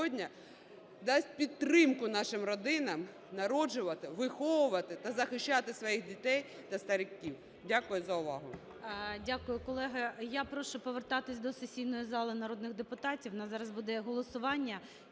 сьогодні дасть підтримку нашим родинам народжувати, виховувати та захищати своїм дітей та стариків. Дякую за увагу.